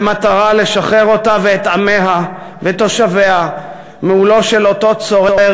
במטרה לשחרר אותה ואת עמיה ותושביה מעולו של אותו צורר,